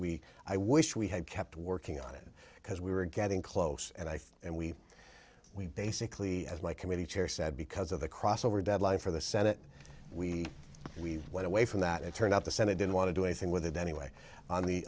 we i wish we had kept working on it because we were getting close and i think and we we basically as my committee chair said because of the crossover deadline for the senate we we went away from that it turned out the senate didn't want to do anything with it anyway on the